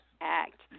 Act